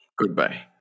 Goodbye